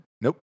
Nope